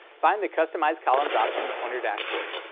find the customise columns option on your dashboard.